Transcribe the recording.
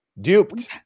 duped